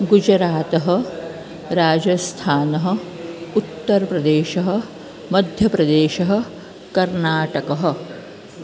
गुजरातः राजस्थानः उत्तरप्रदेशः मध्यप्रदेशः कर्नाटकः